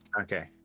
Okay